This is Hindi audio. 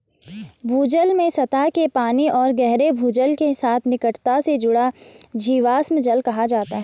भूजल में सतह के पानी और गहरे भूजल के साथ निकटता से जुड़ा जीवाश्म जल कहा जाता है